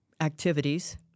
activities